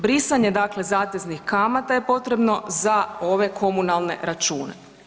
Brisanje, dakle zateznih kamate je potrebno za ove komunalne račune.